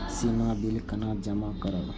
सीमा bill केना जमा करब?